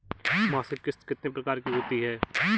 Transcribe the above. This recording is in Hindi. मासिक किश्त कितने प्रकार की होती है?